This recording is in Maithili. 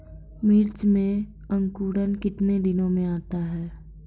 बीज मे अंकुरण कितने दिनों मे आता हैं?